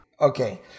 Okay